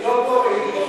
היא לא פה, היא בחוץ.